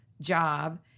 job